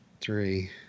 three